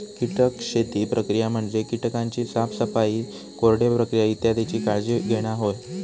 कीटक शेती प्रक्रिया म्हणजे कीटकांची साफसफाई, कोरडे प्रक्रिया इत्यादीची काळजी घेणा होय